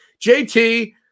JT